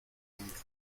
hombro